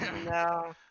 No